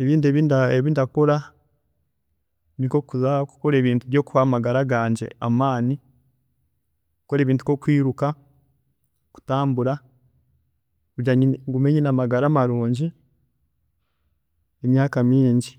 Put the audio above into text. Ebindi ebi ndakora ninkokuza kukora ebintu ebiraha amagara gangye amaani, kukora ebintu nk'okwiiruka, kutambura, kugira ngu ngume nyine amagara marungi emyaaka mingi.